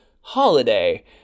holiday